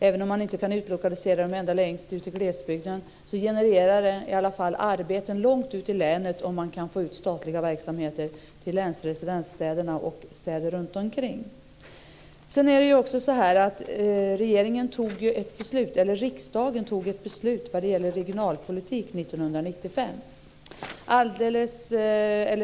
Även om man inte kan utlokalisera dem ända längst ut till glesbygden genererar det i alla fall arbeten långt ut i länet om man kan få ut statliga verksamheter till läns residensstäder och städerna runt omkring. Riksdagen fattade ett beslut vad gäller regionalpolitik 1995.